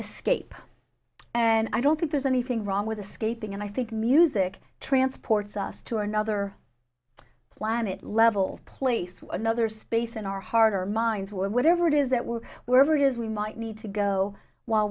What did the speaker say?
escape and i don't think there's anything wrong with escaping and i think music transports us to another planet level place another space in our heart our minds whatever it is that we're wherever it is we might need to go while